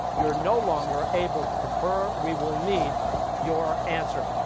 you're no longer able to confer. we will need your answer.